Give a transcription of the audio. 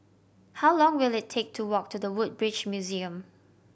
how long will it take to walk to The Woodbridge Museum